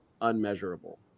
unmeasurable